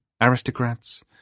aristocrats